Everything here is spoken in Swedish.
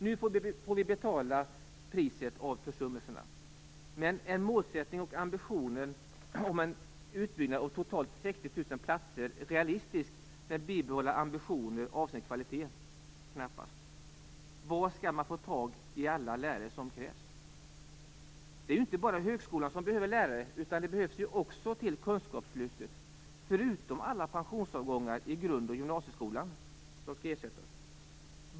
Nu får vi betala priset av försummelserna. Men är målsättningen och ambitionen om en utbyggnad av totalt 60 000 platser realistisk med bibehållna ambitioner avseende kvalitet? Knappast. Var skall man få tag i alla lärare som krävs? Det är ju inte bara högskolan som behöver lärare, utan de behövs ju också till kunskapslyftet. Dessutom tillkommer alla pensionsavgångar i grund och gymnasieskolan som skall ersättas.